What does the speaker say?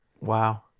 Wow